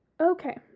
Okay